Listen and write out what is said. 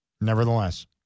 Nevertheless